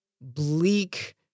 bleak